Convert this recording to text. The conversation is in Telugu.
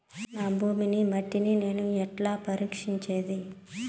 నా భూమి మట్టిని నేను ఎట్లా పరీక్షించేది?